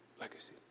legacy